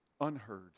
unheard